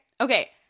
Okay